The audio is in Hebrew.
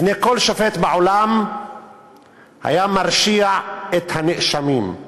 כל שופט בעולם היה מרשיע את הנאשמים,